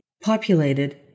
populated